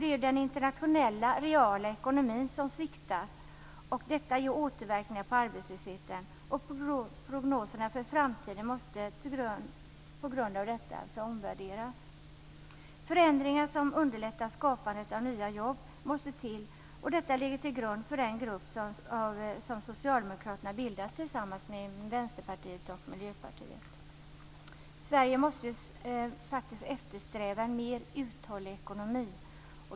Det är den internationella reala ekonomin som sviktar. Detta ger återverkningar på arbetslösheten. Prognoserna för framtiden måste omvärderas på grund av detta. Förändringar som underlättar skapandet av nya jobb måste till. Detta ligger till grund för den grupp som Socialdemokraterna bildat tillsammans med Sverige måste faktiskt eftersträva en mer uthållig ekonomi.